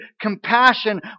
compassion